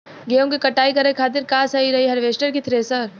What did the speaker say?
गेहूँ के कटाई करे खातिर का सही रही हार्वेस्टर की थ्रेशर?